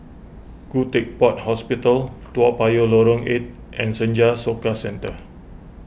Khoo Teck Puat Hospital Toa Payoh Lorong eight and Senja Soka Centre